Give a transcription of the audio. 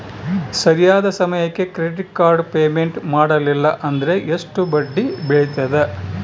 ಸರಿಯಾದ ಸಮಯಕ್ಕೆ credit card payment ಮಾಡಲಿಲ್ಲ ಅಂದ್ರೆ ಎಷ್ಟು ಬಡ್ಡಿ ಬೇಳ್ತದ?